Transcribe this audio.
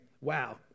wow